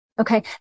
Okay